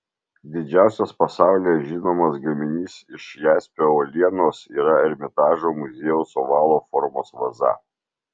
didžiausias pasaulyje žinomas gaminys iš jaspio uolienos yra ermitažo muziejaus ovalo formos vaza